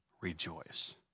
Rejoice